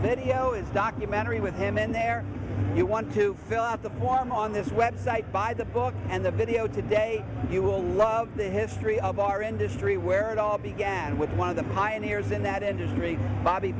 video is documentary with him in there you want to fill out the form on this website buy the book and the video today you will love the history of our industry where it all began with one of the pioneers in that industry bo